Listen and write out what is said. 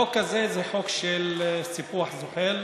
החוק הזה זה חוק של סיפוח זוחל,